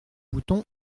boutons